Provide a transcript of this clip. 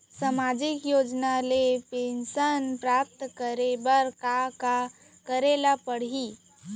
सामाजिक योजना ले पेंशन प्राप्त करे बर का का करे ल पड़ही?